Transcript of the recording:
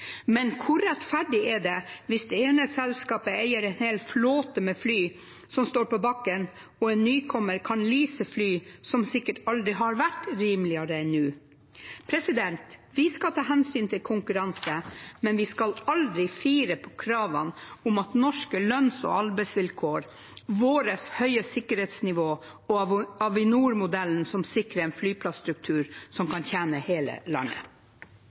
men hvor rettferdig er det hvis det ene selskapet eier en hel flåte med fly som står på bakken, og en nykommer kan lease fly som sikkert aldri har vært rimeligere enn nå? Vi skal ta hensyn til konkurranse, men vi skal aldri fire på kravene om norske lønns- og arbeidsvilkår, vårt høye sikkerhetsnivå og Avinor-modellen, som sikrer en flyplasstruktur som kan tjene hele landet.